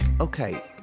Okay